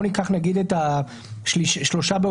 בוא ניקח את ה-3 באוקטובר,